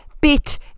bit